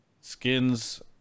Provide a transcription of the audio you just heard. skins